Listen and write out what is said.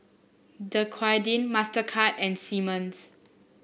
Dequadin Mastercard and Simmons